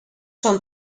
són